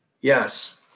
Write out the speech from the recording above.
Yes